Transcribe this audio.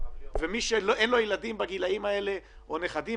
מי שאין לו ילדים בגילאים האלה או נכדים